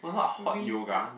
restart